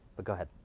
but go ahead.